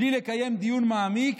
בלי לקיים דיון מעמיק.